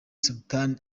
sultan